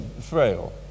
frail